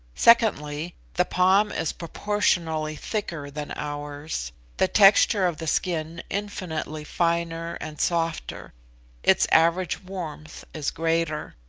secondly, the palm is proportionally thicker than ours the texture of the skin infinitely finer and softer its average warmth is greater.